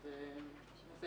זה נושא